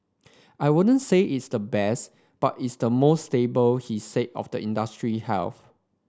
I wouldn't say it's the best but it's the most stable he said of the industry health